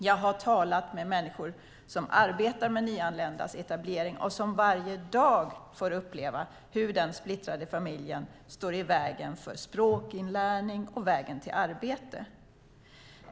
Jag har talat med människor som arbetar med nyanländas etablering och som varje dag får uppleva hur den splittrade familjen står i vägen för språkinlärning och möjligheten till arbete.